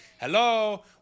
hello